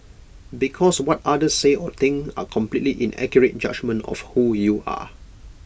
because what others say or think are completely inaccurate judgement of who you are